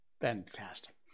Fantastic